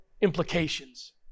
implications